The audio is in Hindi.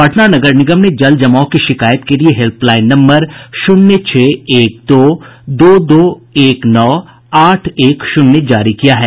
पटना नगर निगम ने जलजमाव की शिकायत के लिए हेल्पलाइन नम्बर शून्य छह एक दो दो दो एक नौ आठ एक शून्य जारी किया है